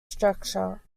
structure